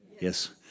yes